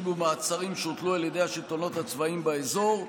ומעצרים שהוטלו על ידי השלטונות הצבאיים באזור,